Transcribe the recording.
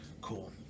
cool